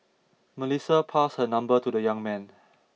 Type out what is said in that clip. Melissa passed her number to the young man